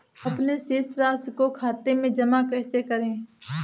अपने शेष राशि को खाते में जमा कैसे करें?